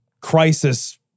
crisis